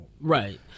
Right